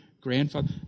grandfather